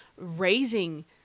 raising